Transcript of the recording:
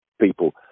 people